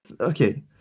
Okay